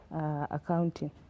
accounting